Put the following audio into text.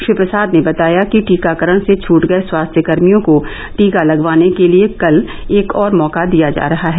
श्री प्रसाद ने बताया कि टीकाकरण से छूट गए स्वास्थ्यकर्मियों को टीका लगवाने के लिए कल एक और मौका दिया जा रहा है